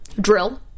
Drill